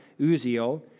Uziel